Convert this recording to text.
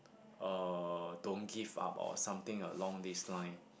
uh don't give up or something along this line